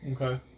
Okay